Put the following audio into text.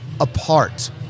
apart